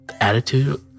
attitude